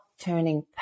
turning